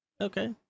Okay